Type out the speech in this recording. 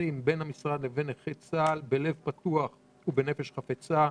היחסים בין המשרד לבין נכי צה"ל בלב פתוח ובנפש חפצה,